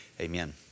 Amen